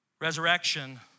Resurrection